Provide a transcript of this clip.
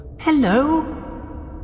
Hello